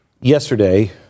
Yesterday